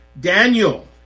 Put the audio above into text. Daniel